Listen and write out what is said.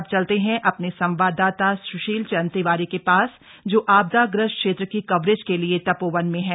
और अब चलते हैं अपने संवाददाता सुशील चंद्र तिवारी के पास जो आपदाग्रस्त क्षेत्र की कवरेज के लिए तपोवन में है